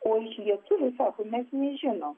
o iš lietuvių sako mes nežinom